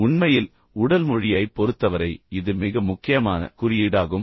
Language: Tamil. உண்மையில் உடல் மொழியைப் பொறுத்தவரை இது மிக முக்கியமான குறியீடாகும்